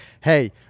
hey